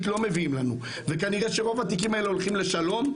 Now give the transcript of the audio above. לא מביאים לנו וכנראה שרוב התיקים האלה הולכים לשלום,